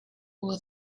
will